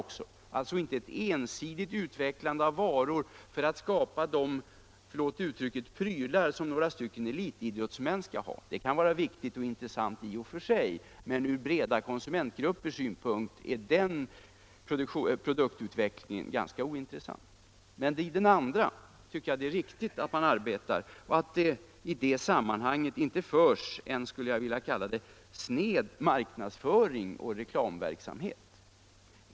Det skall alltså inte vara ett ensidigt utvecklande av nya varor för att skapa — förlåt uttrycket — ”prylar” för några elitidrottsmän. Det kan givetvis vara viktigt och intressant i och för sig, men för breda konsumentgrupper är den produktutvecklingen ganska ointressant. Men det andra fallet av samarbete tycker jag är riktigt. I det sammanhanget är det inte någon sned marknadsföring och reklamverksamhet.